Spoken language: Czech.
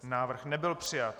Návrh nebyl přijat.